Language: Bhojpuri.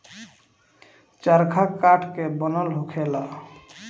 चरखा काठ के बनल होखेला